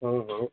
हाँ हाँ